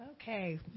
Okay